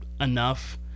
enough